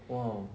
!wow!